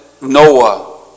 Noah